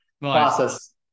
Process